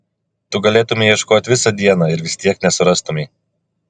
tu galėtumei ieškot visą dieną ir vis tiek nesurastumei